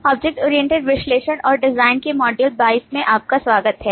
object oriented विश्लेषण और design के मॉड्यूल 22 में आपका स्वागत है